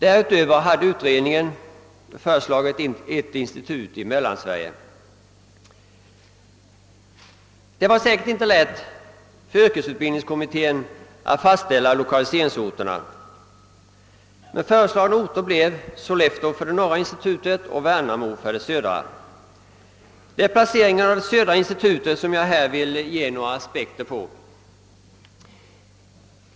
Därutöver hade utredningen föreslagit ett institut i Mellansverige. Det var säkerligen inte lätt för yrkesutbildningskommittén att fastställa lokaliseringsorterna. Föreslagna orter blev Sollefteå för det norra institutet och Värnamo för det södra. Det är placeringen av det södra institutet som jag nu vill lämna några aspekter på.